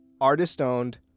Artist-owned